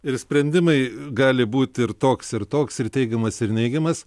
ir sprendimai gali būti ir toks ir toks ir teigiamas ir neigiamas